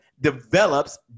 develops